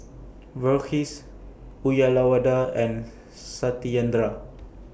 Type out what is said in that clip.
Verghese Uyyalawada and Satyendra